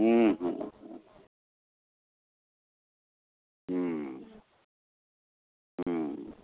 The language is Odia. ହୁଁ ହୁଁ ହୁଁ ହୁଁ ହୁଁ